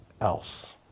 else